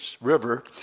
River